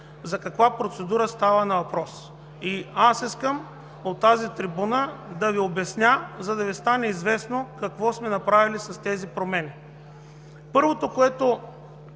броят на пръстите на ръката ми. Аз искам от тази трибуна да Ви обясня, за да ни стане известно какво сме направили с тези промени. Първото, което